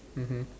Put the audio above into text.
mmhmm